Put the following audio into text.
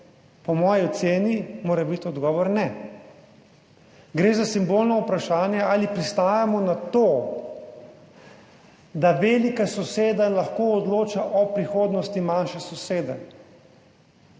Po moji oceni mora biti odgovor ne. Gre za simbolno vprašanje: ali pristajamo na to, da velika soseda lahko odloča o prihodnosti manjše sosede?